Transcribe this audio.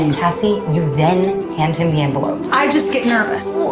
and see you then hand him the envelope. i just get nervous.